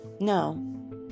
No